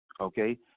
Okay